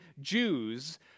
Jews